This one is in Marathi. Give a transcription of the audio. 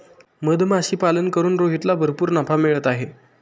मधमाशीपालन करून रोहितला भरपूर नफा मिळत आहे